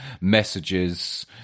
messages